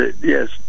Yes